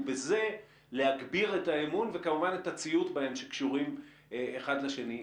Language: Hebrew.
ובזה להגביר את האמון וכמובן את הציות בהן שקשורים אחד בשני.